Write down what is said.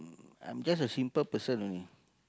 I'm just a simple person only